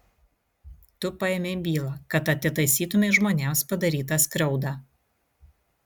tu paėmei bylą kad atitaisytumei žmonėms padarytą skriaudą